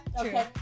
Okay